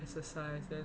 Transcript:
exercise then